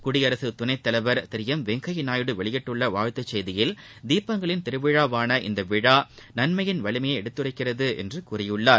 குடியரசு துணைத் தலைவர் திரு எம் வெங்கைய நாயுடு வெளியிட்டுள்ள வாழ்த்துச் செய்தியில் தீபங்களின் திருவிழாவான இந்த விழா நன்மையின் வலிமையை எடுத்துரைக்கிறது என்று கூறியுள்ளார்